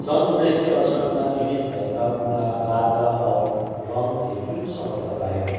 सन् उन्नाइस सय अठसाट्ठीमा रिलिज भएका उनका राजा और रंक ले ठुलो सफलता पायो